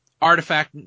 Artifact